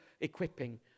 equipping